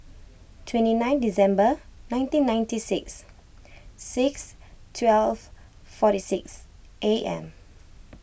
twenty nine December nineteen ninety six six twelve forty six A M